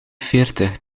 veertig